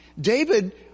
David